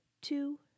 two